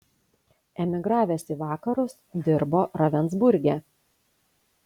emigravęs į vakarus dirbo ravensburge